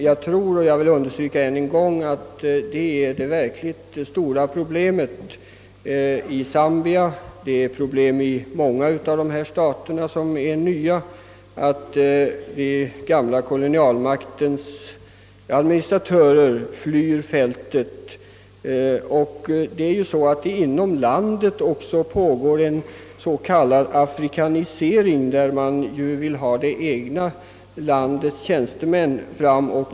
Jag vill emellertid än en gång understryka att det verkligt stora problemet i Zambia — liksom i många andra av dessa nya stater — är att den gamla kolonialmaktens administratörer flyr fältet. Inom landet pågår också en s.k. afrikanisering, som innebär att man önskar hjälpa fram det egna landets tjänstemän.